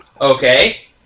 Okay